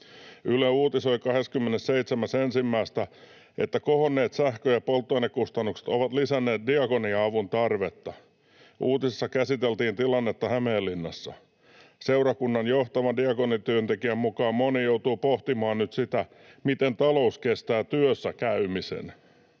Yle uutisoi 27.1., että kohonneet sähkö- ja polttoainekustannukset ovat lisänneet diakonia-avun tarvetta. Uutisessa käsiteltiin tilannetta Hämeenlinnassa. Seurakunnan johtavan diakoniatyöntekijän mukaan moni joutuu pohtimaan nyt sitä, miten talous kestää työssäkäymisen.